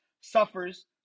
suffers